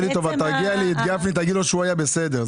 תרגיע את היושב-ראש, תגיד לו שהיה בסדר.